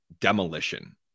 demolition